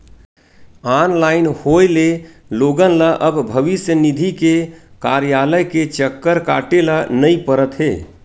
online होए ले लोगन ल अब भविस्य निधि के कारयालय के चक्कर काटे ल नइ परत हे